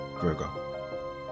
Virgo